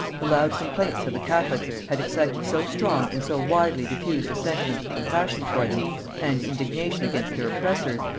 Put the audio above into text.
the loud complaints of the catholics had excited so strong and so widely diffused a sentiment of compassion for them and indignation against their oppressors,